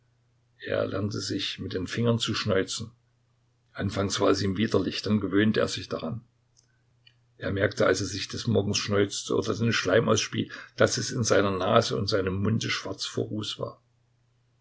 er lernte sich mit den fingern zu schneuzen anfangs war es ihm widerlich dann gewöhnte er sich daran er merkte als er sich des morgens schneuzte oder den schleim ausspie daß es in seiner nase und seinem munde schwarz vor ruß war